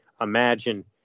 Imagine